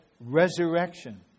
Resurrection